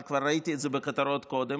אבל כבר ראיתי את זה בכותרות קודם.